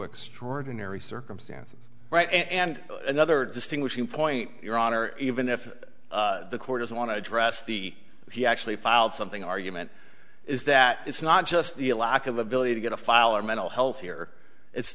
extraordinary circumstances and another distinguishing point your honor even if the court doesn't want to address the he actually filed something argument is that it's not just the lack of ability to get a file or mental health here it's